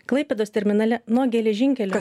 klaipėdos terminale nuo geležinkelio